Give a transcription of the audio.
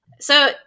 So-